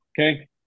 okay